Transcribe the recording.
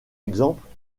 exemples